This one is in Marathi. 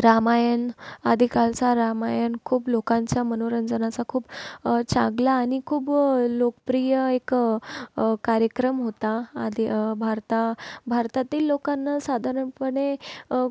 रामायण आधी काळचा रामायण खूप लोकांचा मनोरंजनाचा खूप चांगला आणि खूप लोकप्रिय एक कार्यक्रम होता आधी भारता भारतातील लोकांना साधारणपणे